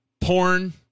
Porn